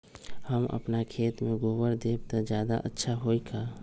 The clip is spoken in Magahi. हम अपना खेत में गोबर देब त ज्यादा अच्छा होई का?